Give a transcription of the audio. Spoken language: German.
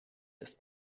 ist